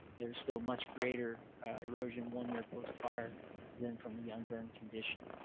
there's still much greater erosion one year post fire than from the un-burned condition.